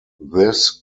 this